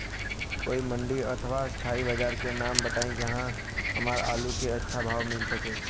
कोई मंडी अथवा स्थानीय बाजार के नाम बताई जहां हमर आलू के अच्छा भाव मिल सके?